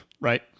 right